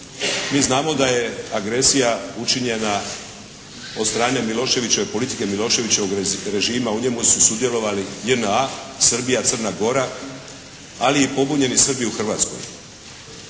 Mi znamo da je agresija učinjena od strane Miloševićeve politike, Miloševićevog režima. U njemu su sudjelovali JNA, Srbija, Crna Gora, ali i pobunjeni Srbi i Hrvatskoj